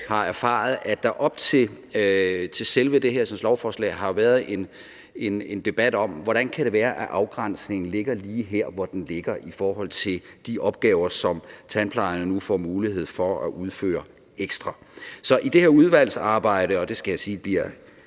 vis erfaret, at der op til selve det her lovforslag har været en debat om, hvordan det kan være, at afgrænsningen ligger lige her, hvor den ligger, i forhold til de opgaver, som tandplejerne nu får mulighed for at udføre ekstra. Så i det her udvalgsarbejde – og jeg skal sige, at det